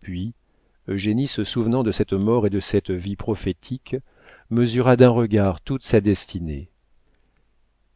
puis eugénie se souvenant de cette mort et de cette vie prophétique mesura d'un regard toute sa destinée